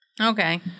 Okay